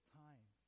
time